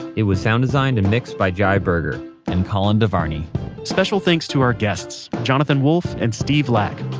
it was sound designed and mixed by jai berger and colin devarney special thanks to our guests jonathan wollf and steve lack.